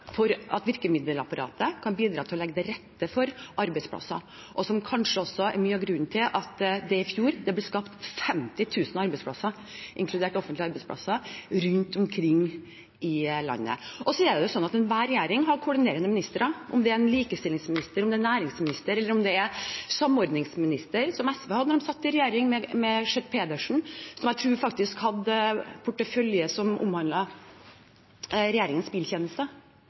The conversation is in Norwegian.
for at virkemiddelapparatet kan bidra til å legge til rette for arbeidsplasser, og som kanskje også er mye av grunnen til at det i fjor ble skapt 50 000 arbeidsplasser, inkludert offentlige arbeidsplasser, rundt omkring i landet. Det er sånn at enhver regjering har koordinerende ministre, om det er en likestillingsminister, om det er en næringsminister, eller om det er en samordningsminister, som regjeringen som SV satt i, hadde, med Schjøtt-Pedersen, som jeg tror faktisk hadde en portefølje som omhandlet regjeringens biltjeneste.